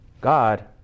God